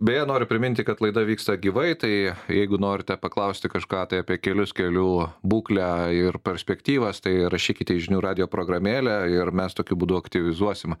beje noriu priminti kad laida vyksta gyvai tai jeigu norite paklausti kažką tai apie kelius kelių būklę ir perspektyvas tai rašykite į žinių radijo programėlę ir mes tokiu būdu aktyvizuosim